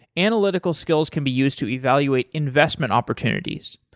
analytical skills can be used to evaluate investment opportunities.